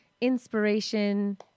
inspiration